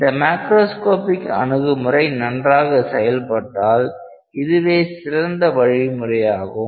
இந்த மாக்ரோஸ்காபிக் அணுகுமுறை நன்றாக செயல்பட்டால் இதுவே சிறந்த வழிமுறையாகும்